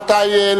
רבותי,